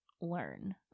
learn